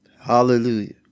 Hallelujah